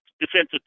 defensive